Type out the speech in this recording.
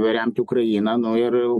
remti ukrainą nu ir jau